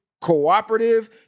cooperative